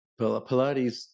Pilates